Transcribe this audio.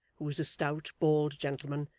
who was a stout bald gentleman,